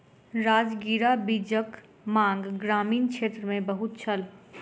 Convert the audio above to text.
राजगिरा बीजक मांग ग्रामीण क्षेत्र मे बहुत छल